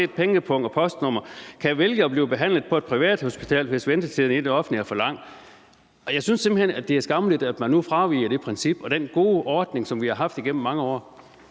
pengepung og postnummer kan vælge at blive behandlet på et privathospital, hvis ventetiden i det offentlige er for lang.« Jeg synes simpelt hen, at det er skammeligt, at man nu fraviger det princip og den gode ordning, som vi har haft igennem mange år.